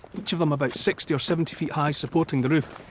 each of them about sixty or seventy ft high, supporting the roof,